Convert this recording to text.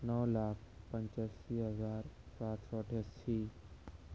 نو لاکھ پچاسی ہزار سات سو اٹھاسی